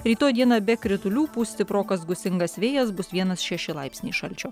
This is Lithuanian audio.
rytoj dieną be kritulių pūs stiprokas gūsingas vėjas bus vienas šeši laipsniai šalčio